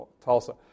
Tulsa